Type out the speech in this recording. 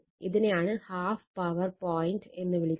ഇതിനെയാണ് half power point എന്ന് വിളിക്കുന്നത്